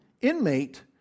inmate